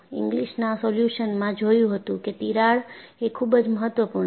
ઇંગ્લિસના સોલ્યુશનમાં જોયું હતું કે તિરાડ એ ખૂબ જ મહત્વપૂર્ણ છે